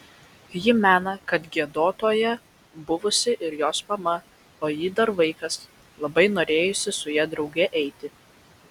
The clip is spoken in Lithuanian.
ji mena kad giedotoja buvusi ir jos mama o ji dar vaikas labai norėjusi su ja drauge eiti